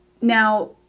Now